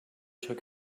took